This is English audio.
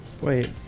Wait